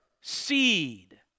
seed